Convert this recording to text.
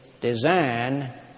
design